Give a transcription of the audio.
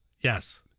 Yes